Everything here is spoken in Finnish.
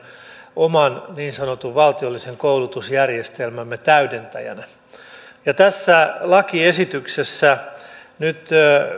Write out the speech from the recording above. oman niin sanotun valtiollisen koulutusjärjestelmämme täydentäjänä tässä lakiesityksessä nyt